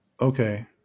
Okay